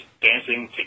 dancing